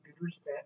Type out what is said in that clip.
respect